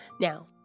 Now